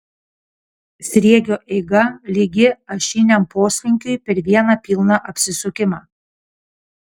sriegio eiga lygi ašiniam poslinkiui per vieną pilną apsisukimą